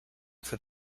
for